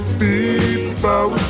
people